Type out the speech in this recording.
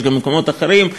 יש גם במקומות אחרים,